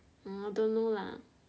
orh don't know lah